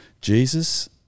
Jesus